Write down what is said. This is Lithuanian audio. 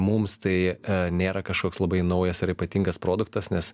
mums tai nėra kažkoks labai naujas ar ypatingas produktas nes